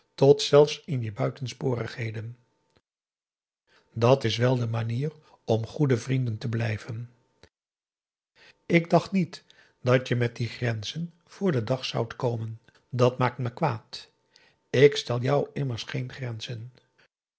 tot zelfs in je buitensporigheden dat is wel de manier om goede vrienden te blijven ik dacht niet dat je met die grenzen voor den dag zoudt komen dat maakt me kwaad ik stel jou immers geen grenzen